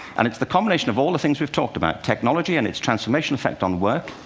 and it's the combination of all the things we've talked about technology and its transformational effect on work,